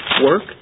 work